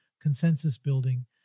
consensus-building